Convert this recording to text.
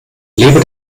lebe